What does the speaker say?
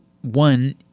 one